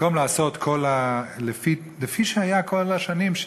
במקום לעשות כפי שהיה כל השנים.